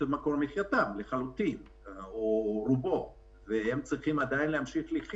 מקור מחייתם או את רובו והם עדיין צריכים לחיות,